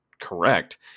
correct